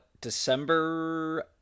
December